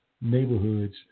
neighborhoods